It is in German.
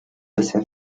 bisher